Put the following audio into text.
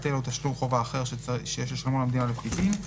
היטל או תשלום חובה אחר שיש לשלמם למדינה לפי דין.